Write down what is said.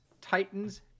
Titans